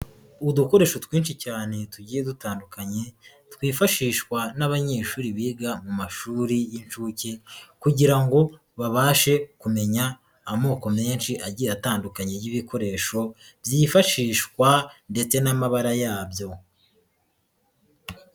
Udukoresho twinshi cyane tugiye dutandukanye, twifashishwa n'abanyeshuri biga mu mashuri y'inshuke kugira ngo babashe kumenya amoko menshi agiye atandukanye y'ibikoresho, byifashishwa ndetse n'amabara yabyo.